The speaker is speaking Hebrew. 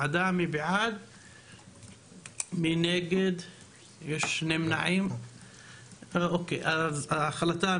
וועדת המשנה לענייני המגזר הדרוזי והצ'רקסי.